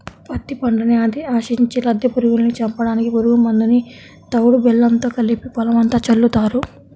పత్తి పంటని ఆశించే లద్దె పురుగుల్ని చంపడానికి పురుగు మందుని తవుడు బెల్లంతో కలిపి పొలమంతా చల్లుతారు